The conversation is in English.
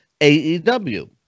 AEW